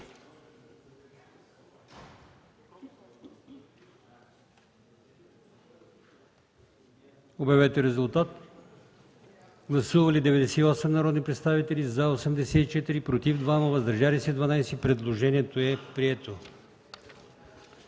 по вносител. Гласували 96 народни представители: за 87, против 3, въздържали се 6. Предложението е прието.